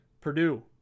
Purdue